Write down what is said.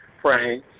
praying